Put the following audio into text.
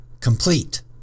complete